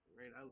right